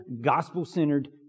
gospel-centered